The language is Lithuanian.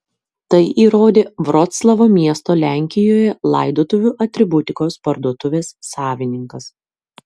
tai įrodė vroclavo miesto lenkijoje laidotuvių atributikos parduotuvės savininkas